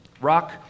Rock